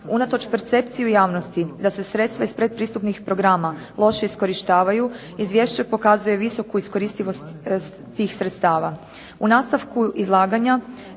Unatoč percepciji javnosti da se sredstva iz pretpristupnih programa lošije iskorištavaju izvješće pokazuje visoku iskoristivost tih sredstava.